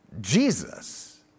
Jesus